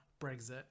Brexit